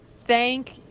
thank